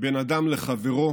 בין אדם לחברו